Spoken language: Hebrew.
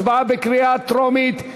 זו הצבעה בקריאה טרומית.